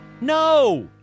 No